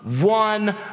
one